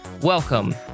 welcome